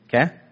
okay